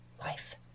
life